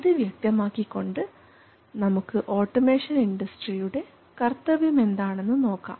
ഇത് വ്യക്തമാക്കിക്കൊണ്ട് നമുക്ക് ഓട്ടോമേഷൻ ഇൻഡസ്ട്രിയുടെ കർത്തവ്യം എന്താണെന്ന് നോക്കാം